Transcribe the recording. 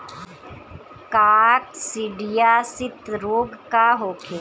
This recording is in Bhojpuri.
काकसिडियासित रोग का होखे?